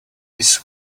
his